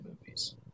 movies